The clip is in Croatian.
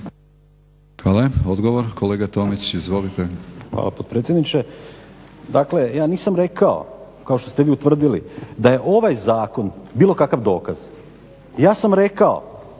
Hvala. Odgovor. Kolega Tomić, izvolite. **Tomić, Damir (SDP)** Hvala potpredsjedniče. Dakle, ja nisam rekao kao što ste vi utvrdili da je ovaj zakon bilo kakav dokaz, ja sam rekao,